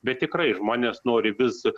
bet tikrai žmonės nori vis